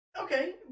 Okay